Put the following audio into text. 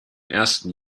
ersten